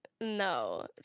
No